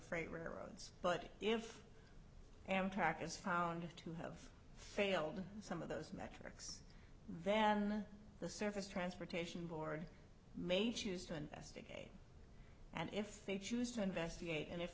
freight railroads but if amtrak is found to have failed some of those metric then the surface transportation board may choose to investigate and if they choose to investigate and if